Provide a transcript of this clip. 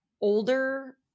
older